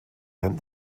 and